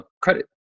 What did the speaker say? credit